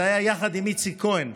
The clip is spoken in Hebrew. זה היה יחד עם איציק כהן,